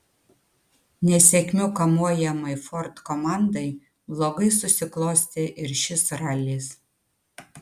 nesėkmių kamuojamai ford komandai blogai susiklostė ir šis ralis